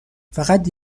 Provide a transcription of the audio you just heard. فقط